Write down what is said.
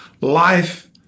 life